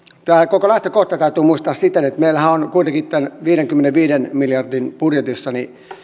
koko lähtökohta täytyy muistaa siten että meillähän on kuitenkin tämän viidenkymmenenviiden miljardin budjetissa